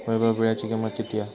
वैभव वीळ्याची किंमत किती हा?